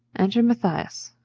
enter mathias.